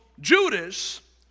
Judas